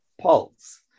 Pulse